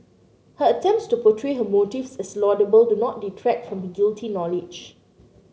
her attempts to portray her motives as laudable do not detract from her guilty knowledge